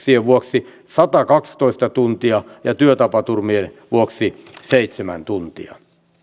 vuoksi satakaksitoista tuntia ja työtapaturmien vuoksi seitsemän tuntia